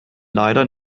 leider